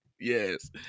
Yes